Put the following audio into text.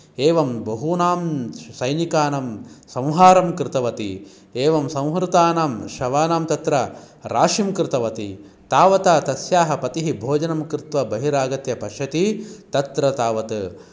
एवं बहूनां सैनिकानां संहारं कृतवती एवं संहृतानां शवानां तत्र राशिं कृतवती तावता तस्याः पतिः भोजनं कृत्वा बहिरागत्य पश्यति तत्र तावत्